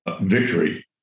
victory